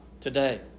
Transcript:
today